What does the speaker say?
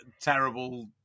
terrible